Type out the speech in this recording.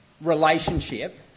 relationship